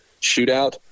shootout